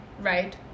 right